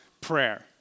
prayer